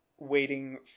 waiting